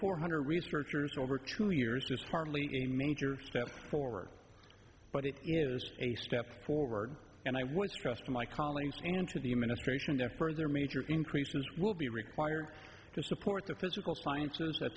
four hundred researchers over two years this hardly a major step forward but it is a step forward and i would trust my collings and to the administration that further major increases will be required to support the physical sciences at